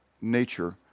nature